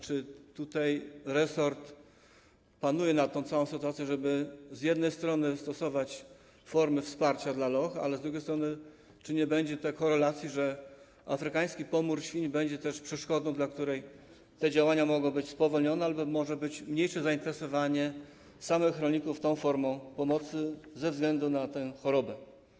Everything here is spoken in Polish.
Czy resort panuje nad tą całą sytuacją, żeby z jednej strony stosować formy wsparcia dla loch, ale z drugiej strony czy nie będzie takiej korelacji, że afrykański pomór świń będzie przeszkodą, z powodu której te działania mogą być spowolnione albo może być mniejsze zainteresowanie samych rolników tą formą pomocy ze względu na tę chorobę?